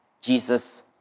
Jesus